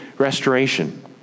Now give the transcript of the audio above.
restoration